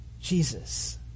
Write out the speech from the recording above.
Jesus